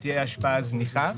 היא תהיה השפעה זניחה,